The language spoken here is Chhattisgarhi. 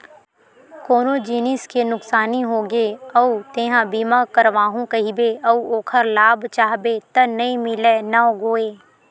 कोनो जिनिस के नुकसानी होगे अउ तेंहा बीमा करवाहूँ कहिबे अउ ओखर लाभ चाहबे त नइ मिलय न गोये